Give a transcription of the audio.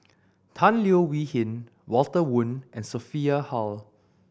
Tan Leo Wee Hin Walter Woon and Sophia Hull